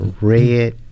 red